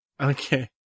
Okay